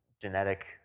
genetic